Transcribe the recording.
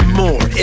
more